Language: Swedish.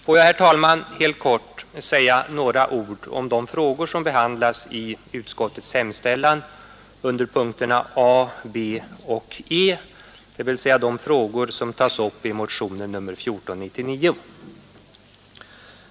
Får jag, herr talman, helt kort säga några ord om de frågor som behandlas i utskottets hemställan under punkterna A, B och E, dvs. de frågor som tas upp i motionen 1499.